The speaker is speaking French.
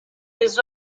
les